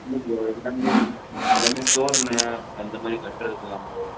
எல்லாமே தோரணம் அந்த மாதிரி கட்டுறதுக்கு தான் ப்ரோ